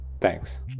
Thanks